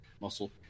muscle